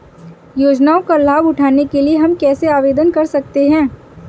योजनाओं का लाभ उठाने के लिए हम कैसे आवेदन कर सकते हैं?